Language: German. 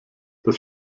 das